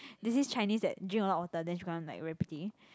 there's this Chinese that drink a lot water then she become like very pretty